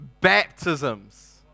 Baptisms